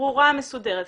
ברורה, מסודרת.